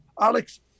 Alex